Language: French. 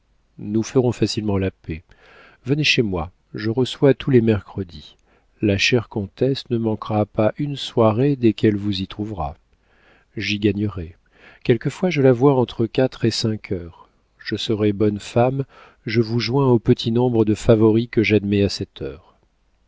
nous ferons facilement la paix venez chez moi je reçois tous les mercredis la chère comtesse ne manquera pas une soirée dès qu'elle vous y trouvera j'y gagnerai quelquefois je la vois entre quatre et cinq heures je serai bonne femme je vous joins au petit nombre de favoris que j'admets à cette heure